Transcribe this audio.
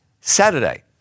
Saturday